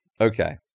okay